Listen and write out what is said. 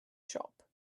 shop